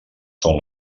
són